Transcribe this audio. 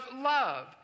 love